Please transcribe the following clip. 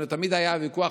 תמיד היה ויכוח: